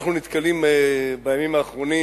אנחנו נתקלים בחודשים ובימים האחרונים,